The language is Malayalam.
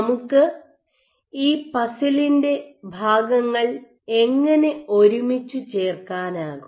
നമുക്ക് ഈ പസിലിൻ്റെ ഭാഗങ്ങൾ എങ്ങനെ ഒരുമിച്ച് ചേർക്കാനാകും